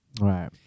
Right